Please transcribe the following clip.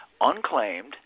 unclaimed